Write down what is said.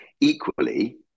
equally